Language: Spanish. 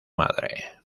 madre